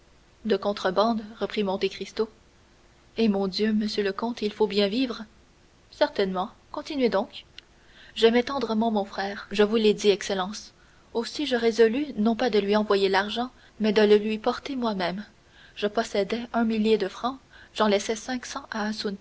de contrebande reprit monte cristo eh mon dieu monsieur le comte il faut bien certainement continuez donc j'aimais tendrement mon frère je vous l'ai dit excellence aussi je résolus non pas de lui envoyer l'argent mais de le lui porter moi-même je possédais un millier de francs j'en laissai cinq cents à